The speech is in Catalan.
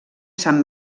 sant